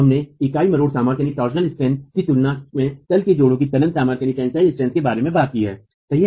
हमने इकाई मरोड़ सामर्थ्य की तुलना में तल के जोड़ों की तनन सामर्थ्य के बारे में बात की सही